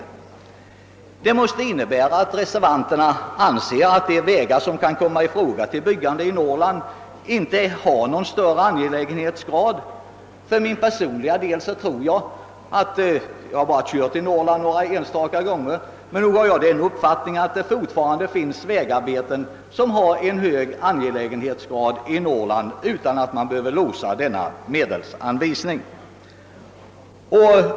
Detta måste emellertid innebära att reservanterna anser att de vägar som kan komma i fråga för byggande i Norrland inte har någon högre angelägenhetsgrad. För min personliga del — jag har visserligen bara kört bil i Norrland några enstaka gånger — har jag den uppfattningen att det fortfarande finns vägarbeten som har en hög angelägenhetsgrad i Norrland utan att man på detta sätt behöver låsa medelsanvisningen.